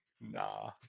nah